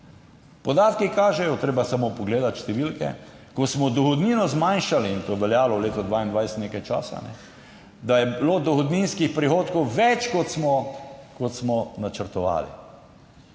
Podatki kažejo, je treba samo pogledati številke, ko smo dohodnino zmanjšali in to je veljalo v letu 2022 nekaj časa, da je bilo dohodninskih prihodkov več kot smo načrtovali.